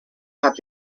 have